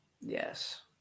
Yes